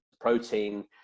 protein